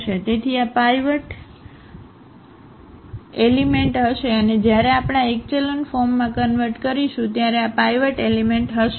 તેથી આ pivot element હશે અને જ્યારે આપણે આ એક્ચેલોન ફોર્મમાં કન્વર્ટ કરીશું ત્યારે આ પાઇવટ એલિમેન્ટ હશે